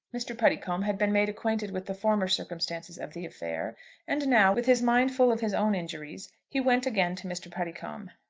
mr. puddicombe had been made acquainted with the former circumstances of the affair and now, with his mind full of his own injuries, he went again to mr. puddicombe.